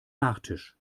nachtisch